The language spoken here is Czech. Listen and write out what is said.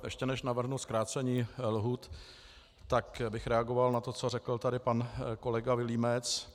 Ještě než navrhnu zkrácení lhůt, tak bych reagoval na to, co tady řekl pan kolega Vilímec.